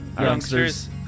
Youngsters